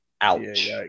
Ouch